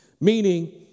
meaning